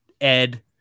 Ed